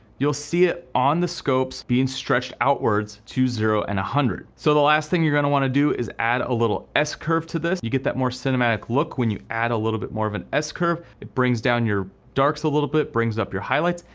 you'll see it on the scopes being stretched outward to zero and one hundred. so the last thing you're gonna want to do is add a little s curve to this. you get that more cinematic look when you add a little bit more of an s curve. it brings down your darks a little bit, brings up your highlights,